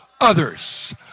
others